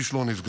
איש לא נפגע.